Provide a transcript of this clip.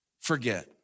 forget